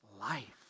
life